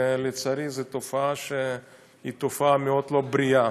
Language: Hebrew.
לצערי זו תופעה מאוד לא בריאה.